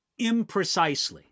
imprecisely